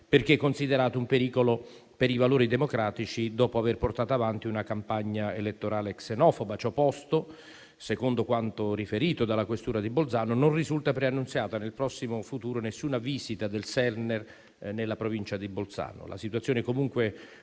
perché considerato un pericolo per i valori democratici, dopo aver portato avanti una campagna elettorale xenofoba. Ciò posto, secondo quanto riferito dalla questura di Bolzano, non risulta preannunziata nel prossimo futuro nessuna visita del Sellner nella Provincia di Bolzano. La situazione, comunque,